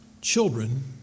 Children